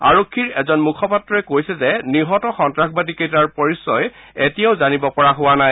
আৰক্ষীৰ এজন মুখপাত্ৰই কৈছে যে নিহত সন্তাসবাদীকেইটাৰ পৰিচয় এতিয়াও জানিব পৰা হোৱা নাই